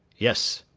yes.